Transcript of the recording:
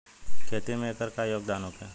खेती में एकर का योगदान होखे?